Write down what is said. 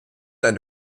eine